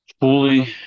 fully